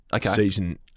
season